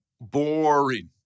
boring